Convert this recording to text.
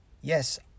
yes